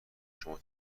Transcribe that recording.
شما